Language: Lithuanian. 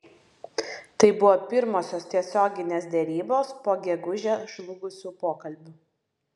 tai buvo pirmosios tiesioginės derybos po gegužę žlugusių pokalbių